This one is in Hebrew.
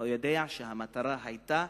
יודע שהמטרה היתה,